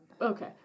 Okay